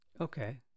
Okay